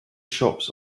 shops